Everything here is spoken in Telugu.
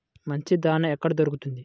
మంచి దాణా ఎక్కడ దొరుకుతుంది?